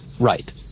Right